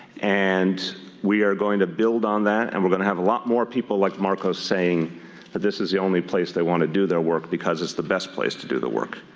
and we are going to build on that and we're going to have a lot more people like marcos saying that this is the only place they want to do their work because it's the best place to do the work.